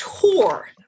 tour